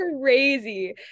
crazy